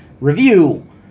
review